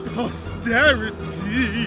posterity